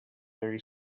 very